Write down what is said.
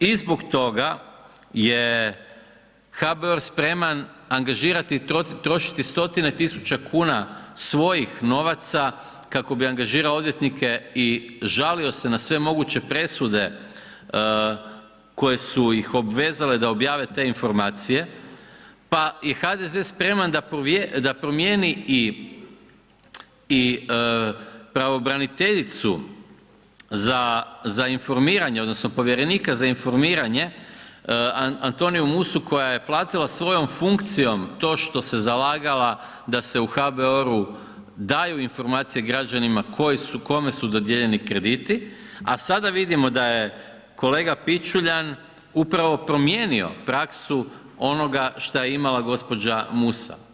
I zbog toga je HBOR spreman angažirati i trošiti stotine tisuće kuna svojih novaca kako bi angažirao odvjetnike i žalio se na sve moguće presude koje su ih obvezale da objave te informacije pa je HDZ spreman da promijeni i pravobranitelju za informiranje, odnosno Povjerenika za informiranje, Antoniju Musu, koja je platila svojom funkcijom to što se zalagala da se u HBOR-u daju informacije građanima koji su, kome su dodijeljeni krediti, a sada vidimo da je kolega Pičuljan upravo promijenio praksu onoga što je imala gđa. Musa.